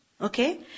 Okay